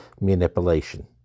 manipulation